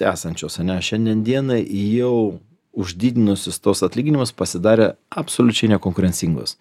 esančios ane šiandien dienai jau uždidinusios tuos atlyginimus pasidarė absoliučiai nekonkurencingos